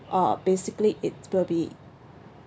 uh basically it's will be